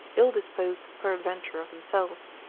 ill-disposed peradventure of themselves,